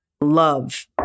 love